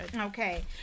Okay